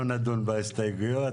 אנחנו נדון בהסתייגויות.